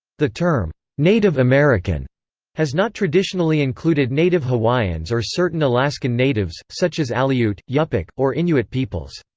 the term native american has not traditionally included native hawaiians or certain alaskan natives, such as aleut, yup'ik, or inuit peoples.